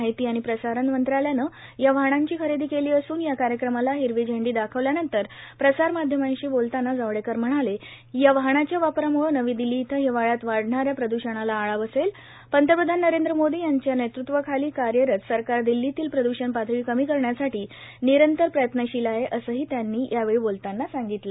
माहिती आणि प्रसारण मंत्रालयानं या वाहनांची खरेदी केली असून या कार्यक्रमाला हिरवी झेंडी दाखवल्यानंतर प्रसार माध्यमांशी बोलताना जावडेकर म्हणाले की या वाहनांच्या वापराम्ळं नवी दिल्ली इथं हिवाळ्यात वाढणाऱ्या प्रद्षणाला आळा बसेल पंतप्रधान नरेंद्र मोदी यांच्या नेतृत्वाखाली कार्यरत सरकार दिल्लीतील प्रद्षण पातळी कमी करण्यासाठी निरंतर प्रयत्नशील आहे असंही त्यांनी यावेळी बोलताना सांगितलं